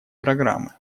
программы